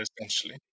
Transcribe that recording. essentially